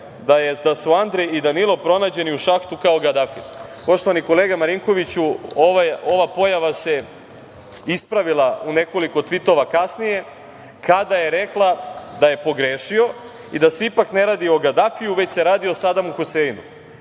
da su Andrej i Danilo pronađeni u šahtu kao Gadafi. Poštovani kolega Marinkoviću, ova pojava se ispravila u nekoliko tvitova kasnije, kada je rekla da je pogrešio i da se ipak ne radi o Gadafiju, već se radi o Sadamu Huseinu,